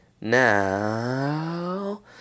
Now